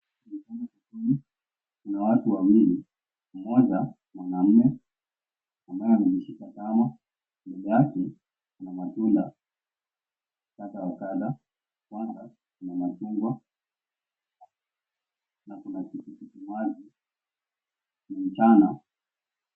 Kuna watu wawili mmoja ni mwanaume amabaye ameshika tama, mbele yake kuna matunda kadha wa kadha kwanza kuna machungwa na kuna kitikitimaji. Ni mchana.